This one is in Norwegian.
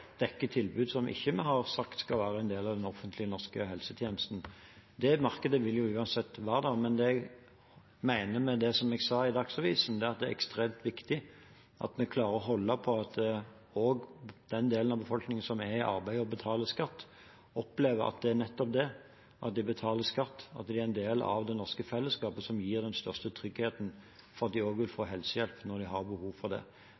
tilbud som vi ikke har sagt skal være en del av den offentlige norske helsetjenesten. Det markedet vil uansett være der. Men det jeg mener med det jeg sa i Dagsavisen, er at det er ekstremt viktig at vi klarer å holde på at også den delen av befolkningen som er i arbeid og betaler skatt, opplever at nettopp det at de betaler skatt og er en del av det norske fellesskapet, er det som gir den største tryggheten for at de også vil få helsehjelp når de har behov for det.